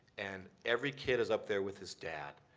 and every kid is up there with his dad.